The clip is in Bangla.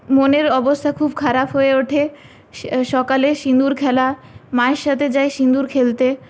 মনের অবস্থা খুব খারাপ হয়ে ওঠে স সকালে সিঁদুর খেলা মায়ের সাথে যাই সিঁদুর খেলতে